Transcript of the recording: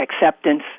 acceptance